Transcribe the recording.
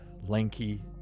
lanky